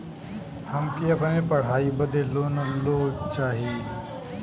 हमके अपने पढ़ाई बदे लोन लो चाही?